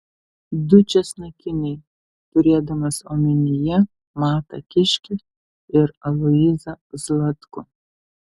du česnakiniai turėdamas omenyje matą kiškį ir aloyzą zlatkų